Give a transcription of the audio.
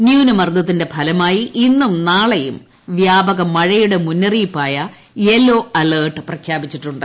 ന്യൂനമർദത്തിന്റെ ഫലമായി ഇന്നും നാളെയും വ്യാപക മഴയുടെ മുന്നറിപ്പായ യെലോ അലർട്ട് പ്രഖ്യാപിച്ചിട്ടുണ്ട്